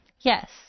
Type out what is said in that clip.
Yes